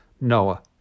Noah